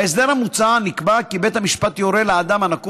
בהסדר המוצע נקבע כי בית המשפט יורה לאדם הנקוב